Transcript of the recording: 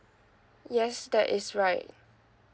yes that is right